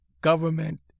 government